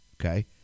Okay